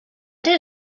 did